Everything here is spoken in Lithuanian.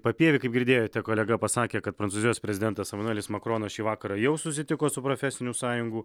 papieviui kaip girdėjote kolega pasakė kad prancūzijos prezidentas emanuelis makronas šį vakarą jau susitiko su profesinių sąjungų